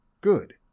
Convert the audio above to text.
Good